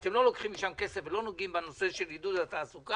שאתם לא לוקחים משם כסף ולא נוגעים בנושא של עידוד התעסוקה.